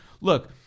Look